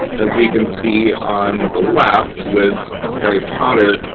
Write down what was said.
as we can see on the left with harry potter,